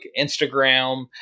Instagram